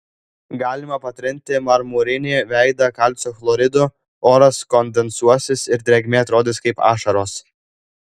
galima patrinti marmurinį veidą kalcio chloridu oras kondensuosis ir drėgmė atrodys kaip ašaros